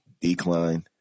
decline